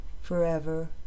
forever